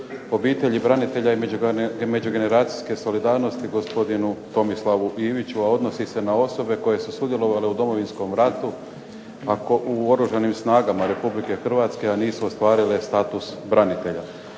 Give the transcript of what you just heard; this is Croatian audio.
obitelji, branitelja i međugeneracijske solidarnosti gospodinu Tomislavu Iviću, a odnosi se na osobe koje su sudjelovale u Domovinskom ratu ako u Oružanim snagama Republike Hrvatske a nisu ostvarile status branitelja.